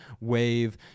wave